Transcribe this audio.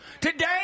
Today